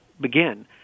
begin